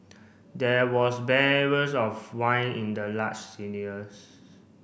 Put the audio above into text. there was barrels of wine in the large